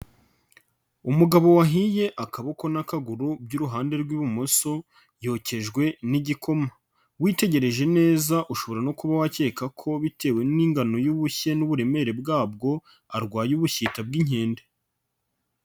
Umugabo wahiye akaboko n'akaguru by'uruhande rw'ibumoso yokejwe n'igikoma, witegereje neza ushobora no kuba wakeka ko bitewe n'ingano y'ubushye n'uburemere bwabwo, arwaye ubushita bw'inkende.